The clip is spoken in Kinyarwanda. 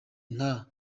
nta